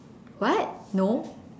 what no